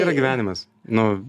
yra gyvenimas nu